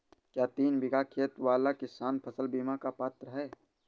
क्या तीन बीघा खेत वाला किसान फसल बीमा का पात्र हैं?